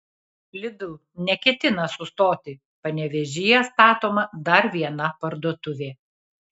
lidl neketina sustoti panevėžyje statoma dar viena parduotuvė